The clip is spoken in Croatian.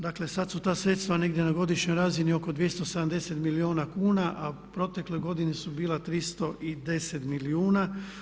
Dakle sada su ta sredstva negdje na godišnjoj razini oko 270 milijuna kuna a u protekloj godini su bila 310 milijuna.